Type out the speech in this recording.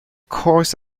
course